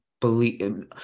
believe